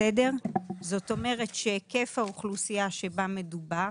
זאת אומרת שהיקף האוכלוסייה שבה מדובר